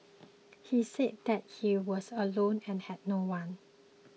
he said that he was alone and had no one